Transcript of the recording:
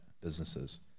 businesses